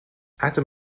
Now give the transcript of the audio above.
atom